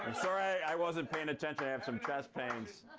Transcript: and sorry i wasn't paying attention. i have some chest pains.